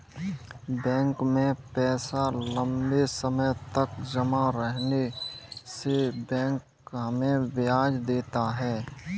bank में पैसा लम्बे समय तक जमा रहने से बैंक हमें ब्याज देता है